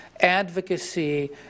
advocacy